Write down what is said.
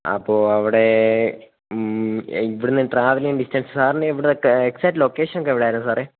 അപ്പോള് അവിടെ ഇവിടെ നിന്ന് ട്രാവലിംഗ് ഡിസ്റ്റൻസ് സാറിന് എവിടെയായിട്ടാണ് എക്സാക്ട് ലൊക്കേഷനൊക്കെ എവിടെയായിരുന്നു സാറേ